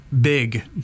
Big